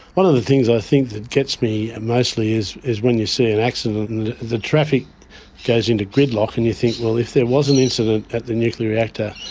one of the things i think that gets me mostly is is when you see an accident and the traffic goes into gridlock and you think, well, if there was an incident at the nuclear reactor,